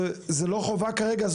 זו לא חובה כרגע,